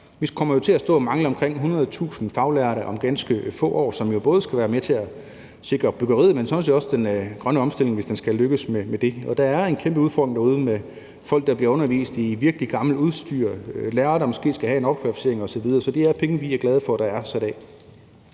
Vi kommer jo til at stå og mangle omkring 100.000 faglærte om ganske få år, som jo både skal være med til at sikre byggeriet, men sådan set også den grønne omstilling, hvis den skal lykkes. Der er en kæmpe udfordring derude med folk, der bliver undervist med virkelig gammelt udstyr, og lærere, der måske skal have en opkvalificering osv. Så det er penge, vi er glade for er sat